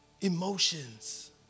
Emotions